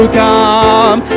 come